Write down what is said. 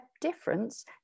difference